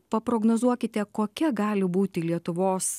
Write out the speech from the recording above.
prognozuokite kokia gali būti lietuvos